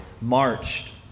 marched